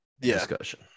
discussion